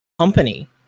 company